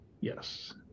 Yes